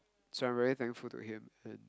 so I'm very thankful to him